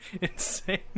insane